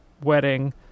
wedding